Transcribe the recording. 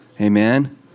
Amen